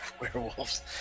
Werewolves